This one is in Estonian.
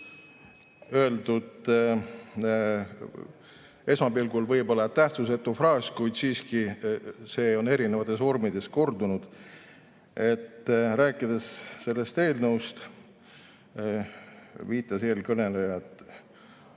võib esmapilgul tunduda tähtsusetu fraas, kuid siiski, see on erinevates vormides kordunud. Rääkides sellest eelnõust, viitas eelkõneleja, et